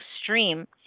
extreme